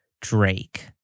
Drake